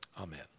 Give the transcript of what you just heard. Amen